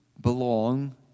belong